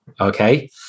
Okay